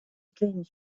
dreams